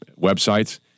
websites